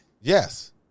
Yes